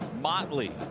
Motley